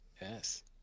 Yes